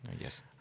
Yes